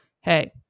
hey